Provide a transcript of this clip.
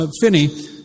Finney